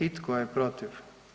I tko je protiv?